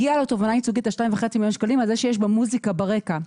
הגיעה תובענה ייצוגית על 2.5 מיליון שקלים על זה שיש מוזיקה ברקע.